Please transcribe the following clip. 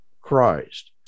Christ